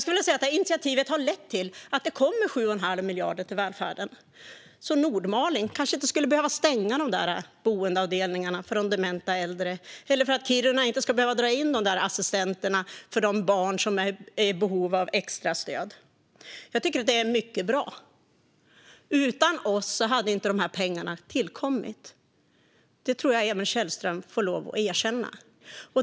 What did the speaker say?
Det initiativet har lett till att det kommer 7 1⁄2 miljard till välfärden så att Nordmaling kanske inte behöver stänga boendeavdelningarna för de dementa äldre och Kiruna inte behöver dra in assistenterna för de barn som är i behov av extra stöd. Jag tycker att det är mycket bra. Utan oss hade dessa pengar inte tillkommit - det tror jag att Emil Källström får lov att erkänna.